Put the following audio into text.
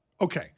Okay